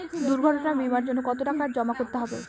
দুর্ঘটনা বিমার জন্য কত টাকা জমা করতে হবে?